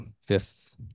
fifth